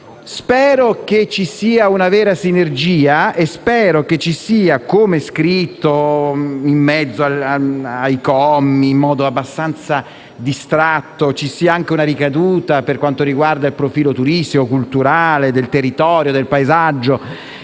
Spero che vi siano una vera sinergia e - come scritto in mezzo ai commi in modo abbastanza distratto - anche una ricaduta per quanto riguarda il profilo turistico e culturale del territorio e del paesaggio.